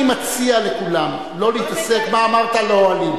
אני מציע לכולם לא להתעסק עם מה אמרת לאוהלים.